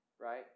right